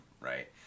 right